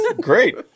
Great